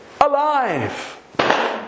alive